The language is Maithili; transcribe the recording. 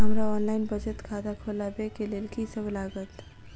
हमरा ऑनलाइन बचत खाता खोलाबै केँ लेल की सब लागत?